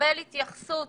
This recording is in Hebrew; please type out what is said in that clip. לקבל התייחסות